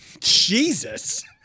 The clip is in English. Jesus